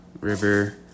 river